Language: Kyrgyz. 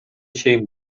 чейин